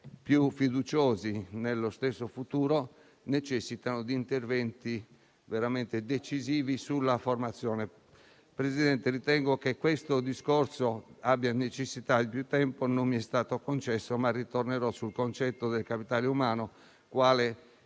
più fiduciosi c'è necessità di interventi veramente incisivi sulla formazione. Presidente, credo che questo discorso abbia bisogno di tempo; non mi è stato concesso, ma ritornerò sul concetto del capitale umano quale